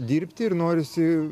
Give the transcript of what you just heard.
dirbti ir norisi